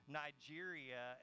nigeria